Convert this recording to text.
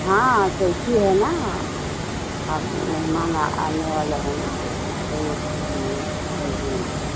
हाँ चौथी है ना अब मेहमान आने वाले है ना इसको लिए चाहिए है